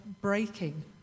breaking